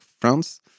France